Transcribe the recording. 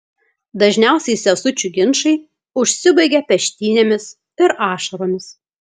dažniausiai sesučių ginčai užsibaigia peštynėmis ir ašaromis